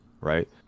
right